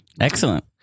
Excellent